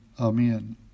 Amen